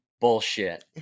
bullshit